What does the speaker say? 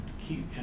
keep